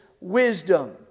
wisdom